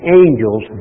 angels